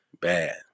bad